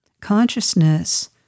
consciousness